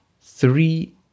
three